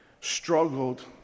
struggled